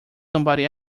somebody